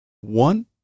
one